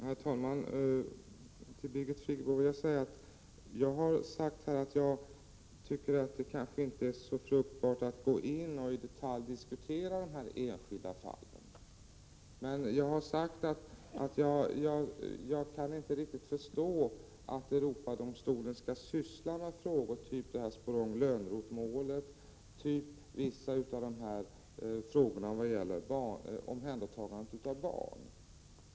Herr talman! Jag har här sagt till Birgit Friggebo att jag inte tycker att det är så fruktbart att i detalj diskutera de enskilda fallen. Jag har också sagt att jag inte riktigt kan förstå varför Europadomstolen skall syssla med vissa frågor av typen Sporrong-Lönnroth-målet och omhändertagandet av barn.